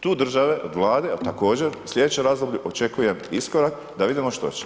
Tu države od Vlade a također slijedeće razdoblje, očekujem iskorak da vidimo što će.